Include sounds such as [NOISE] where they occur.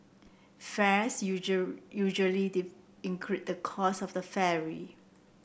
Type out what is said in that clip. fares [UNINTELLIGIBLE] usually [UNINTELLIGIBLE] include the cost of the ferry